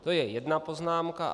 To je jedna poznámka.